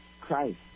Christ